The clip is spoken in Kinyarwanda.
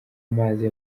amazi